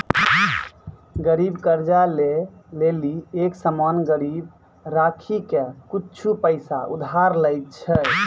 गरीब कर्जा ले लेली एक सामान गिरबी राखी के कुछु पैसा उधार लै छै